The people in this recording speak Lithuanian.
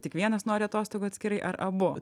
tik vienas nori atostogų atskirai ar abu